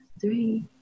three